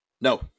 No